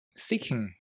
Seeking